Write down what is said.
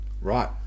Right